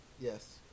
Yes